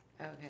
Okay